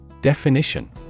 Definition